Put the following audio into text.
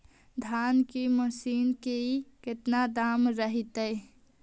धान की मशीन के कितना दाम रहतय?